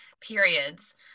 periods